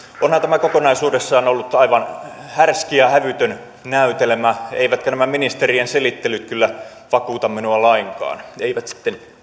onhan tämä kokonaisuudessaan ollut aivan härski ja hävytön näytelmä eivätkä nämä ministerien selittelyt kyllä vakuuta minua lainkaan eivät sitten